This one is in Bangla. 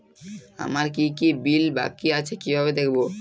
আমার কি কি বিল বাকী আছে কিভাবে দেখবো?